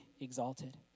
exalted